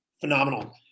phenomenal